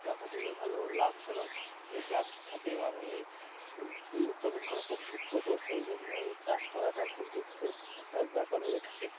টাকা দিয়ে ভালো লাভজনক ব্যবসা থাকে এবং ইয়ে উৎপাদন করা খুব সুক্ষ্মতো সেই জন্য এই চাষ করাটাও খুব রিকচ্ছের একটা ব্যাপার হয়ে থাকে